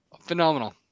Phenomenal